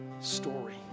story